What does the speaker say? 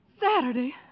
Saturday